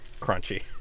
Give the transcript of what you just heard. Crunchy